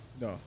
no